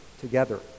together